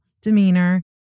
demeanor